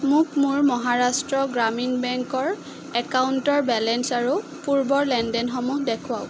মোক মোৰ মহাৰাষ্ট্ৰ গ্ৰামীণ বেংকৰ একাউণ্টৰ বেলেঞ্চ আৰু পূৰ্বৰ লেনদেনসমূহ দেখুৱাওক